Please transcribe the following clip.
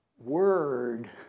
word